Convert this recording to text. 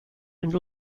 and